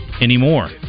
anymore